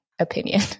opinion